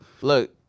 Look